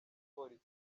polisi